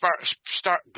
start